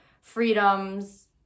freedoms